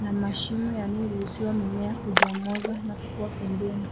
na mashimo yanayoruhusu mimea kuchomoza na kukua pembeni.